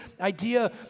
idea